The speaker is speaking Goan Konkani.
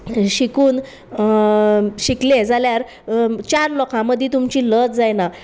शिकून शिकलें जाल्यार चार लोकां मदीं तुमची लज जायना